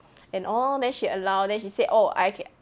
and all lor then she allow then she said orh I ca~